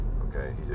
okay